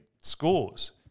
scores